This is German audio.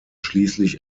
schließlich